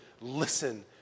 listen